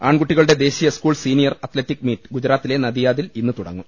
ആൺകുട്ടികളുടെ ദേശീയ school senior athletic meet ഗുജറാ ത്തിലെ നദിയാദിൽ ഇന്ന് തുടങ്ങും